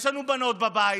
יש לנו בנות בבית,